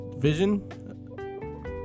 Vision